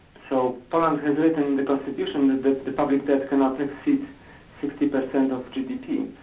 so poland has written the constitution that the the public debts cannot exceed sixty percent of gdp.